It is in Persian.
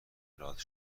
اطلاعات